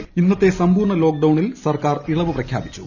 കേരളത്തിൽ ഇന്നത്തെ സമ്പൂർണ്ണ ലോക്ക്ഡൌണിൽ സർക്കാർ ഇളവ് പ്രഖ്യാപിച്ചു